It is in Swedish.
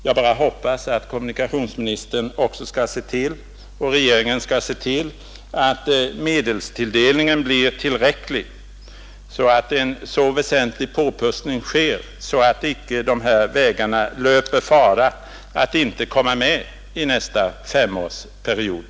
Jag bara hoppas att kommunikationsministern och regeringen också skall se till att medelstilldelningen blir tillräcklig, så att en så väsentlig påplussning sker att icke de här vägarna löpar fara att inte komma med i planerna för nästa femårsperiod.